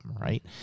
right